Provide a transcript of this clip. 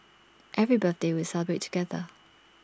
every birthday we'll celebrate together